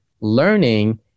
Learning